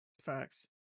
Facts